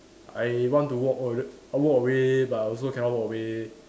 I want to walk awa~ walk away but also cannot walk away